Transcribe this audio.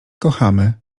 kochamy